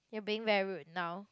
you're being very rude now